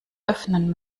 öffnen